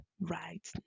right